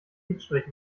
lidstrich